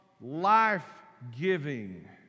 life-giving